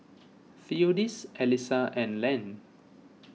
theodis Alisa and Len